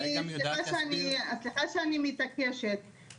סליחה שאני מתעקשת.